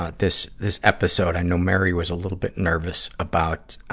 ah this, this episode, i know mary was a little bit nervous about, ah,